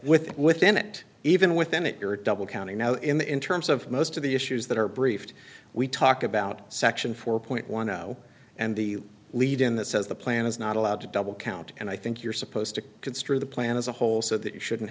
with within it even within it you're double counting now in the in terms of most of the issues that are briefed we talk about section four point one zero and the lead in that says the plan is not allowed to double count and i think you're supposed to construe the plan as a whole so that you shouldn't